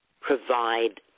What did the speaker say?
provide